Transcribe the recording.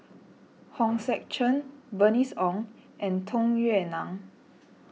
Hong Sek Chern Bernice Ong and Tung Yue Nang